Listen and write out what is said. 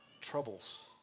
troubles